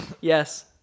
Yes